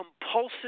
compulsive